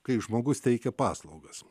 kai žmogus teikia paslaugas